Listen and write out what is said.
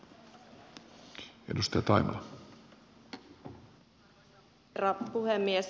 arvoisa herra puhemies